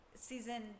Season